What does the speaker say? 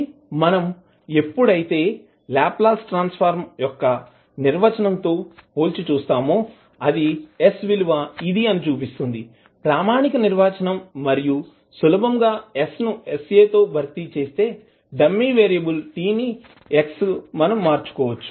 కాబట్టి మనం ఎప్పుడైతే లాప్లాస్ ట్రాన్సఫర్మ్ యొక్క నిర్వచనం తో పోల్చి చూస్తామో అది s విలువ ఇది అని చూపిస్తుంది ప్రామాణిక నిర్వచనం మరియు సులభంగా s ను sa తో భర్తీ చేస్తే డమ్మి వారియేబుల్ t ని x మనం మార్చవచ్చు